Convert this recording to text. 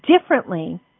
differently